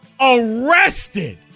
arrested